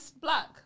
Black